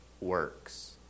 works